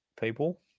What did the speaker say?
people